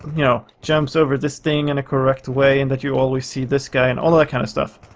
you know, jumps over this thing in a correct way and that you always see this guy and all of that kind of stuff.